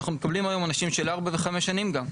אנחנו מקבלים היום עונשים של ארבע וחמש שנים גם,